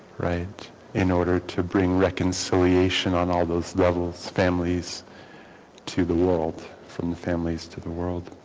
right in order to bring reconciliation on all those levels families to the world from the families to the world